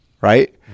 right